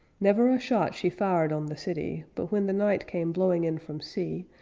never a shot she fired on the city, but, when the night came blowing in from sea,